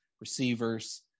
receivers